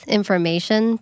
information